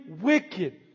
wicked